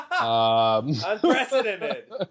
Unprecedented